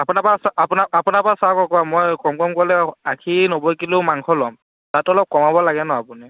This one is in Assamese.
আপোনাৰপৰা আপোনাৰপৰা চাওক আকৌ মই কম কম কৰিলে আশী নব্বৈ কিলো মাংস ল'ম তাতো অলপ কমাব লাগে ন আপুনি